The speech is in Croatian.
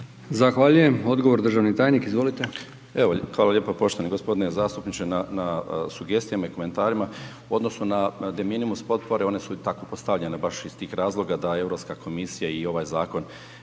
Zahvaljujem. Odgovor državni tajnik, izvolite.